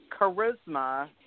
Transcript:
charisma